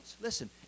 Listen